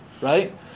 right